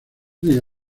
día